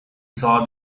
saw